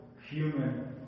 human